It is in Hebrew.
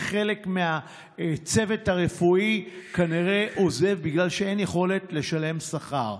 וחלק מהצוות הרפואי כנראה עוזב בגלל שאין יכולת לשלם שכר.